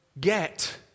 get